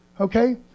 Okay